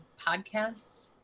podcasts